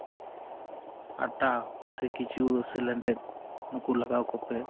ᱟᱴᱟ ᱥᱮ ᱠᱤᱪᱩᱣᱟᱹ ᱥᱮ ᱞᱮᱸᱰᱮᱛ ᱱᱩᱠᱩ ᱞᱟᱜᱟᱣ ᱠᱚᱯᱮ